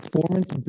performance